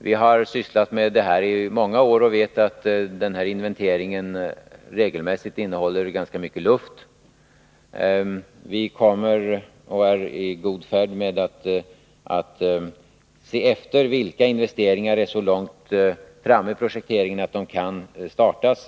Vi har sysslat med detta inventeringsarbete under många år och vet att sådana här listor regelmässigt innehåller ganska mycket luft. Vi är på god väg med att undersöka vilka investeringar som är så långt framme i projekteringen att de kan startas.